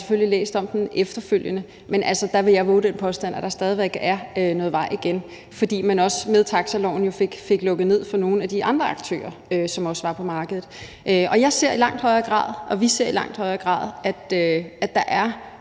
selvfølgelig læst om den efterfølgende, men altså, der vil jeg vove den påstand, at der stadig væk er noget vej igen, fordi man jo også med taxaloven fik lukket ned for nogle af de andre aktører, som også var på markedet. Jeg ser og vi ser i langt højere grad, at der er